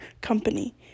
company